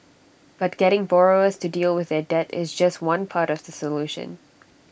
but getting borrowers to deal with their debt is just one part of the solution